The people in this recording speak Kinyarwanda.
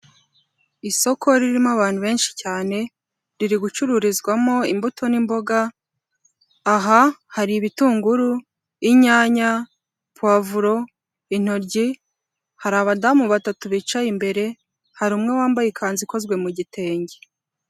Isoko ririmo abantu benshi cyane riri gucururizwamo imbuto n'imboga, aha hari ibitunguru, inyanya, pavuro, intoryi. Hari abadamu batatu bicaye imbere, hari umwe wambaye ikanzu ikozwe mu gitenge.